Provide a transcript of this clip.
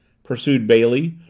pursued bailey,